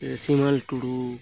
ᱥᱤᱢᱚᱞ ᱴᱩᱰᱩ